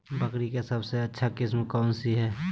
बकरी के सबसे अच्छा किस्म कौन सी है?